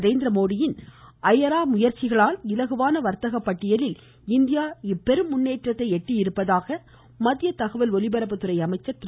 நரேந்திரமோடியின் அயரா முயற்சிகளால் இலகுவான வாத்தக பட்டியலில் இந்தியா இந்த பெரும் முன்னேற்றத்தை எட்டியிருப்பதாக மத்திய தகவல் ஒலிபரப்புத்துறை அமைச்சர் திரு